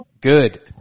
Good